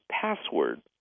password